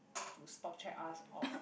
to spot check us of